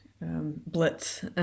blitz